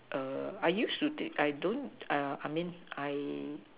I used to think I don't I mean I